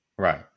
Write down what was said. Right